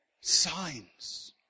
signs